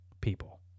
people